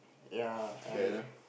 ya I'll